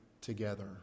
together